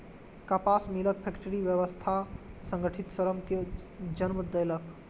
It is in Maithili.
कपास मिलक फैक्टरी व्यवस्था संगठित श्रम कें जन्म देलक